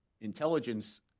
intelligence